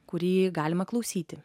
kurį galima klausyti